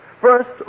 First